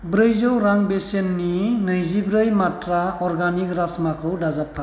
ब्रैजौ रां बेसेननि नैजिब्रै मान्त्रा अरगेनिक राजमाखौ दाजाबफा